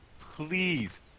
please